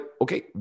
okay